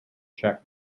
czech